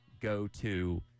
go-to